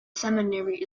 seminary